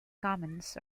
commons